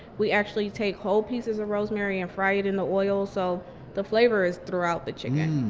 we actually take whole pieces of rosemary and fry it in the oil, so the flavor is throughout the chicken